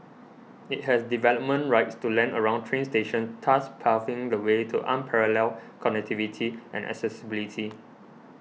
it has development rights to land around train stations thus paving the way to unparalleled connectivity and accessibility